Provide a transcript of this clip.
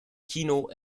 kino